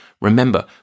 Remember